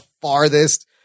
farthest